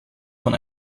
von